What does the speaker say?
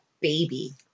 baby